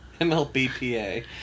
MLBPA